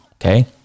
Okay